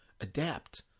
adapt